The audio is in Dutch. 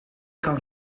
kan